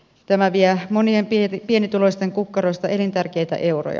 tämä vie monien pienituloisten kukkarosta elintärkeitä euroja